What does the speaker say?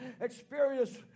experience